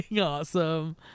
awesome